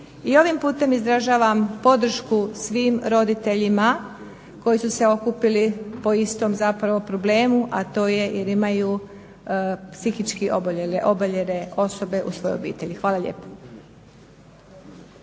ovim putem izražavam podršku svim roditeljima koji su se okupili po istom zapravo problemu, a to je jer imaju psihički oboljele osobe u svojoj obitelji. Hvala lijepa.